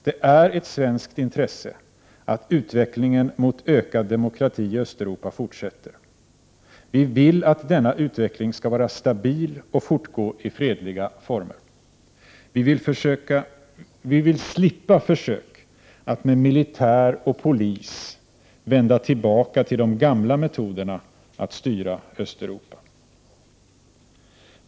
Det är ett svenskt intresse att utvecklingen mot ökad demokrati i Östeuropa fortsätter. Vi vill att denna utveckling skall var stabil och fortgå i fredliga former. Vi vill slippa försök att med militär och polis vända tillbaka till de gamla metoderna att styra Östeuropa.